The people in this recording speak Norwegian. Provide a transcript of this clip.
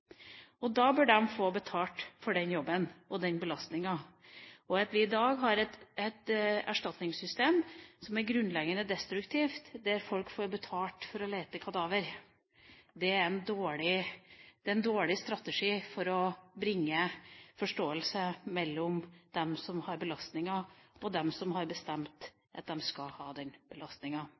Da bør de få betalt for den jobben og den belastningen. At vi i dag har et erstatningssystem som er grunnleggende destruktivt, der folk får betalt for å lete etter kadaver, er en dårlig strategi for å bringe forståelse mellom dem som har belastninga, og dem som har bestemt at de skal ha den belastninga.